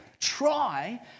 try